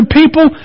people